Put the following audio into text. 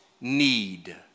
need